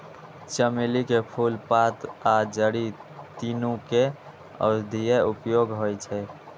चमेली के फूल, पात आ जड़ि, तीनू के औषधीय उपयोग होइ छै